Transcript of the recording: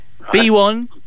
B1